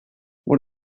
what